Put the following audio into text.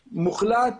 מוחלט,